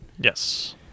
Yes